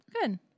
Good